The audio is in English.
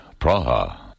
Praha